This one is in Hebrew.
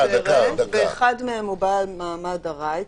ואחד מהם הוא בעל מעמד ארעי,